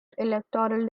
electoral